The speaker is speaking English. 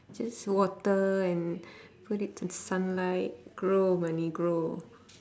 just water and put it in sunlight grow money grow